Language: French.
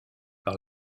par